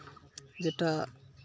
ᱡᱮᱴᱟ